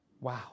Wow